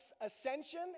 ascension